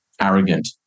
arrogant